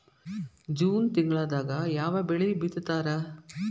June ತಿಂಗಳದಾಗ ಯಾವ ಬೆಳಿ ಬಿತ್ತತಾರ?